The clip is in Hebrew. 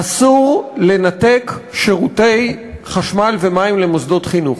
אסור לנתק שירותי חשמל ומים למוסדות חינוך.